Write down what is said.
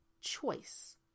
choice